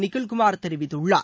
நிகில் குமார் தெரிவித்துள்ளார்